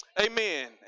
amen